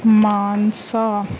Mansa